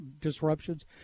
disruptions